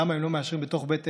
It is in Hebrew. למה הם לא מאשרים בתוך בית עסק,